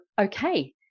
okay